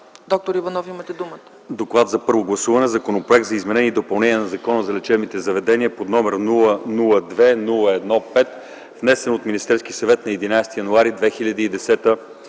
Доктор Иванов иска думата.